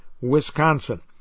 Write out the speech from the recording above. Wisconsin